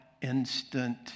instant